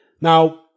Now